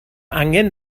angen